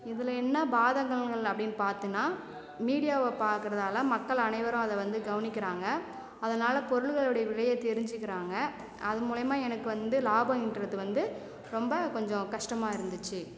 இதில் என்ன பாதகங்கள் அப்படின்னு பார்த்தேன்னா மீடியாவை பார்க்கிறதால மக்கள் அனைவரும் அதை வந்து கவனிக்கிறாங்க அதனால் பொருள்களுடைய விலையை தெரிஞ்சுக்கிறாங்க அது மூலியமா எனக்கு வந்து லாபம்றது வந்து ரொம்ப கொஞ்சம் கஷ்டமாக இருந்துச்சு